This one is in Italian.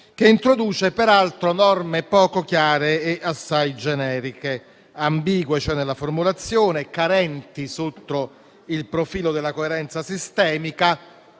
Esso introduce, peraltro, norme poco chiare e assai generiche, ambigue nella formulazione, carenti sotto il profilo della coerenza sistemica